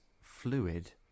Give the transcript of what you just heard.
fluid